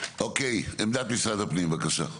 אוקיי עמדת משרד הפנים בבקשה?